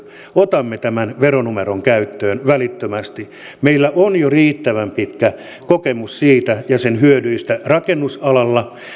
otamme veronumeron käyttöön välittömästi meillä on jo riittävän pitkä kokemus siitä ja sen hyödyistä rakennusalalla